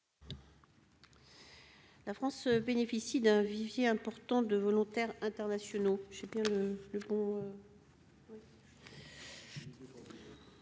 La France bénéficie d'un vivier important de volontaires internationaux